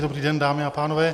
Dobrý den, dámy a pánové.